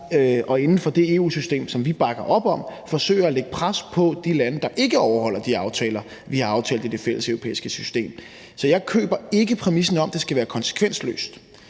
og uden for det EU-system, som vi bakker op om, forsøger at lægge pres på de lande, der ikke overholder de aftaler, vi har aftalt i det fælleseuropæiske system. Så jeg køber ikke præmissen om, at det skal være konsekvensløst,